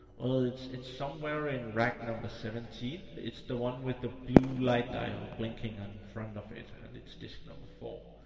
oh, it's it's somewhere in rack number seventeen, it's the one with the blue light diode blinking on the front of it, and it's disk number four.